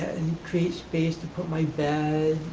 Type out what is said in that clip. and create space to put my bed,